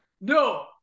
No